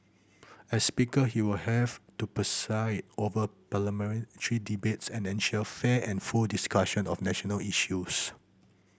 as speaker he will have to preside over debates and ensure fair and full discussion of national issues